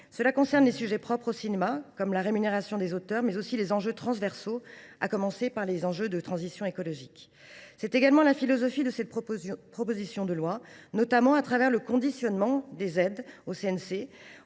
Cela concerne les questions propres au cinéma, comme la rémunération des auteurs, mais aussi les enjeux transversaux, à commencer par la transition écologique. C’est la philosophie de cette proposition de loi, notamment à travers le conditionnement des aides du CNC